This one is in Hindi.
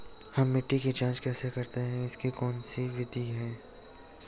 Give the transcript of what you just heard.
हम मिट्टी की जांच कैसे करते हैं इसकी कौन कौन सी विधियाँ है?